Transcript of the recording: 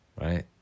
right